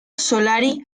solari